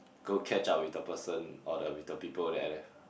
go catch up with the person or the with the people that are there